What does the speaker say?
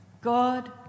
God